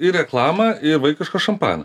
ir reklamą ir vaikišką šampaną